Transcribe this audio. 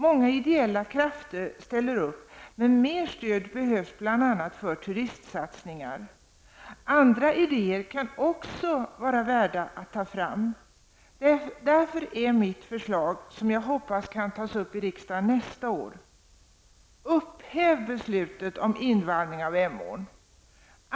Många ideella krafter ställer upp, men mer stöd behövs, bl.a. för turistsatsningar. Också andra idéer kan vara värda att ta fram. Därför är mitt förslag, som jag hoppas kan tas upp i riksdagen nästa år: Upphäv beslutet om invallning av Emån!